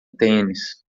tênis